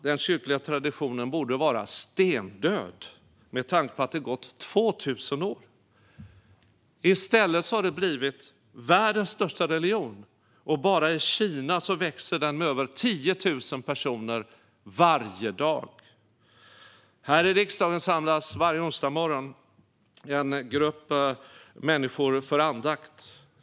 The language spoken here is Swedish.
Den kyrkliga traditionen borde vara stendöd med tanke på att det gått 2 000 år. I stället har den blivit världens största religion, och bara i Kina växer den med över 10 000 personer varje dag. Här i riksdagen samlas varje onsdagsmorgon en grupp människor för andakt.